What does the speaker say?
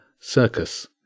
Circus